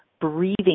breathing